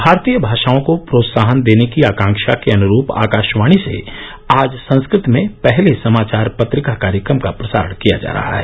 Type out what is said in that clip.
भारतीय भाषाओं को प्रोत्साहन देने की आकांक्षा के अनुरूप आकाशवाणी से आज संस्कृत में पहले समाचार पत्रिका कार्यक्रम का प्रसारण किया जा रहा है